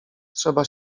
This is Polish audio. trzeba